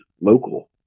local